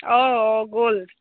অঁ অঁ গ'ল